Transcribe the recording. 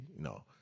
No